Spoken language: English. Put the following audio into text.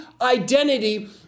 identity